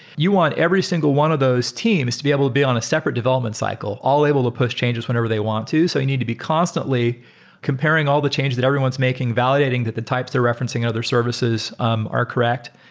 you want every single one of those teams to be able be on a separate development cycle all able to push changes whenever they want to. so you i need to be constantly comparing all the changes that everyone's making, validating that the types they're referencing other services um are correct.